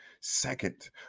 Second